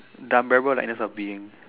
the-unbearable-lightness-of-being